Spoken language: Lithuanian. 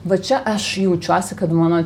va čia aš jaučiuosi kad mano